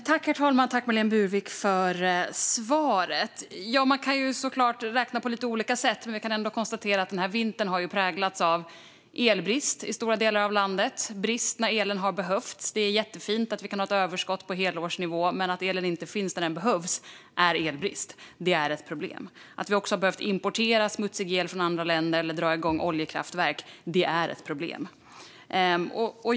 Herr talman! Jag tackar Marlene Burwick för svaret. Man kan såklart räkna på lite olika sätt, men låt oss konstatera att denna vinter har präglats av elbrist i stora delar av landet när el har behövts. Det är jättefint att vi har ett överskott på helårsnivå, men att elen inte finns när den behövs är elbrist. Det är ett problem. Att vi har behövt importera smutsig el från andra länder och dra igång oljekraftverk är också ett problem.